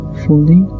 fully